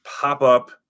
pop-up